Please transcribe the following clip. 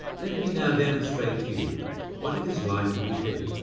let me now demonstrate to you what it is like to be deaf.